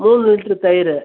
மூணு லிட்ரு தயிர்